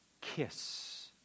kiss